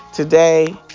Today